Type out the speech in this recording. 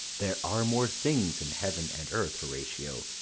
there are more things in heaven and earth, horatio,